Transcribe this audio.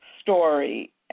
story